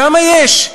כמה יש?